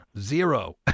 Zero